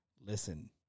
listen